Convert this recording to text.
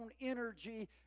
energy